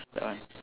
that one